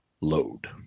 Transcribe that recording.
Load